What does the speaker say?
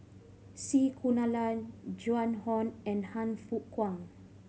C Kunalan Joan Hon and Han Fook Kwang